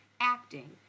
acting